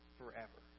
forever